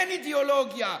אין אידיאולוגיה.